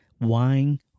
wine